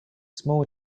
small